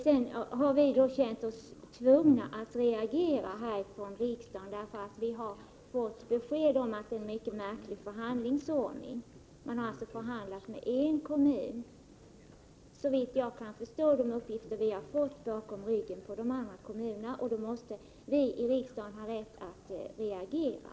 Vi har sett oss tvungna att reagera här i riksdagen, därför att vi har fått besked om att man tillämpat en mycket märklig förhandlingsordning. Man har förhandlat med en kommun, och såvitt jag kan förstå av de uppgifter vi har fått har det skett bakom ryggen på de andra. Då måste vi i riksdagen ha rätt att reagera.